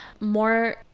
more